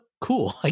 cool